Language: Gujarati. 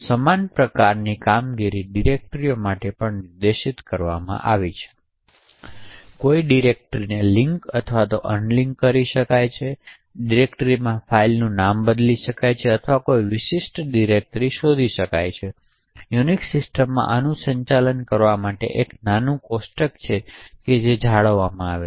સમાન પ્રકારની કામગીરી ડિરેક્ટરીઓ માટે પણ નિર્દિષ્ટ કરવામાં આવી છે કોઈ ડિરેક્ટરીઓ લિંક અથવા અનલિંક કરી શકે છે ડિરેક્ટરીમાં ફાઇલનું નામ બદલી શકે છે અથવા કોઈ વિશિષ્ટ ડિરેક્ટરી શોધી શકે છે તેથી યુનિક્સ સિસ્ટમમાં આનું સંચાલન કરવા માટે એક નાનું કોષ્ટક છે જે જાળવવામાં આવે છે